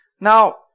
Now